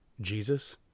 Jesus